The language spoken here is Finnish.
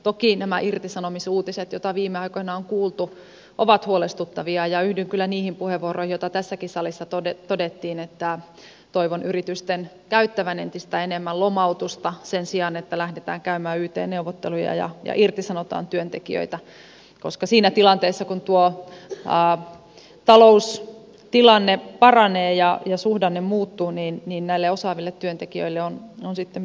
toki nämä irtisanomisuutiset joita viime aikoina on kuultu ovat huolestuttavia ja yhdyn kyllä niihin puheenvuoroihin joita tässäkin salissa käytettiin niin että toivon yritysten käyttävän entistä enemmän lomautusta sen sijaan että lähdetään käymään yt neuvotteluja ja irtisanotaan työntekijöitä koska siinä tilanteessa kun taloustilanne paranee ja suhdanne muuttuu näille osaaville työntekijöille on sitten myöskin käyttöä